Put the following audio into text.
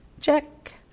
check